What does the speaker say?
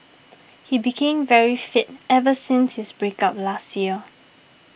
he became very fit ever since his break up last year